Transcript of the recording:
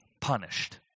punished